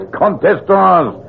contestants